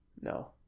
No